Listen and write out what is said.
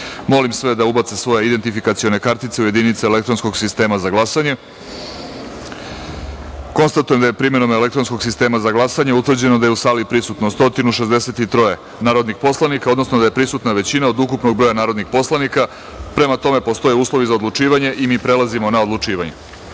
sve da ubace svoje identifikacione kartice u jedinice elektronskog sistema za glasanje. Konstatujem da je primenom elektronskog sistema za glasanje utvrđeno da je u sali prisutno 163 narodnih poslanika, odnosno da je prisutna većina od ukupnog broja narodnih poslanika i da, prema tome, postoje uslove za odlučivanje. Prelazimo na odlučivanje. Stavljam